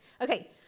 Okay